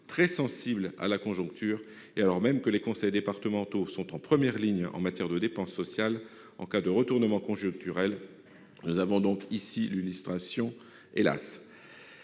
très sensible à la conjoncture, et alors même que les conseils départementaux sont en première ligne en matière de dépenses sociales, en cas de retournement conjoncturel. Nous en avons l'illustration